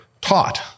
taught